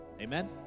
Amen